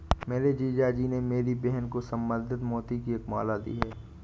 मेरे जीजा जी ने मेरी बहन को संवर्धित मोती की एक माला दी है